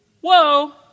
Whoa